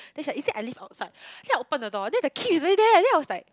there's like is that I leave outside she like open the door then the key is really there then I was like